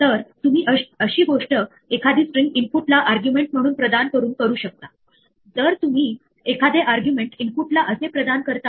उदाहरणार्थ जेव्हा आपण एखादी फाईल वाचण्याचा प्रयत्न करतो आणि ती फाईल अस्तित्वात नाही परंतु आपण युजरला एखाद्या फाईलचे नाव टाईप करण्यास सांगितले होते